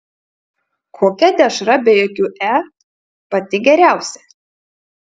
kokia dešra be jokių e pati geriausia